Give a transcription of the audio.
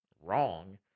wrong